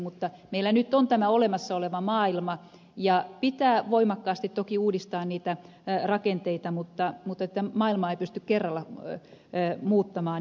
mutta meillä nyt on tämä olemassa oleva maailma ja pitää voimakkaasti toki uudistaa rakenteita mutta maailmaa ei pysty kerralla muuttamaan